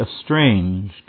estranged